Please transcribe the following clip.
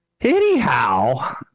Anyhow